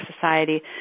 society